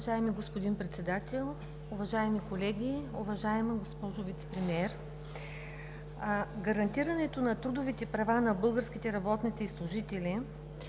Уважаеми господин Председател, уважаеми колеги! Уважаема госпожо Вицепремиер, гарантирането на трудовите права на българските работници и служители,